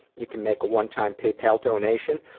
you can make a one-time paypal donation.